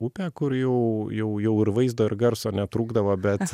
upę kur jau jau jau ir vaizdo ir garso netrūkdavo bet